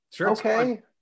Okay